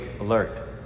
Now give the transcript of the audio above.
alert